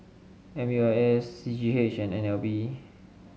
M U I S C G H and N L B